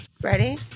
Ready